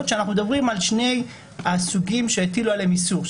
כשאנחנו מדברים על שני הסוגים שהטילו עליהם איסור,